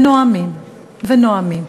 ונואמים ונואמים,